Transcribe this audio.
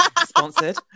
Sponsored